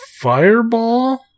Fireball